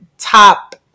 Top